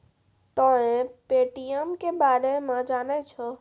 तोंय पे.टी.एम के बारे मे जाने छौं?